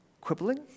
quibbling